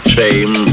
Shame